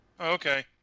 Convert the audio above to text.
Okay